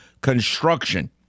construction